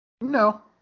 No